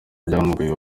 byamugoye